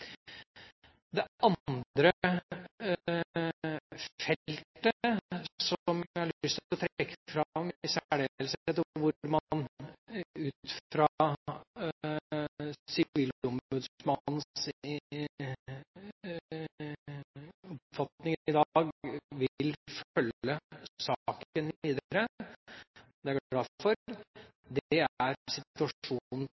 Det andre feltet som jeg har lyst til å trekke fram i særdeleshet, og hvor man ut fra sivilombudsmannens oppfatning i dag vil følge saken videre – og det er jeg glad